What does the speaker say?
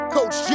Coach